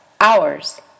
Hours